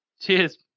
Cheers